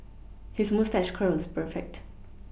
his moustache curl is perfect